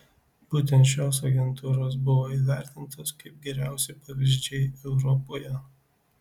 būtent šios agentūros buvo įvertintos kaip geriausi pavyzdžiai europoje